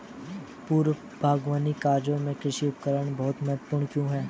पूर्व बागवानी कार्यों में कृषि उपकरण बहुत महत्वपूर्ण क्यों है?